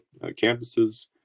campuses